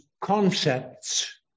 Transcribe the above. concepts